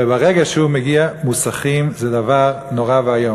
ברגע שהוא מגיע, מוסכים זה דבר נורא ואיום.